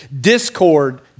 discord